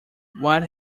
what